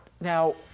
now